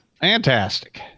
Fantastic